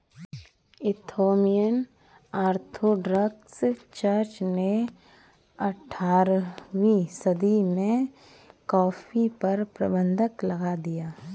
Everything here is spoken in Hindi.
इथोपियन ऑर्थोडॉक्स चर्च ने अठारहवीं सदी में कॉफ़ी पर प्रतिबन्ध लगा दिया